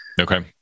Okay